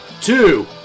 two